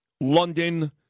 London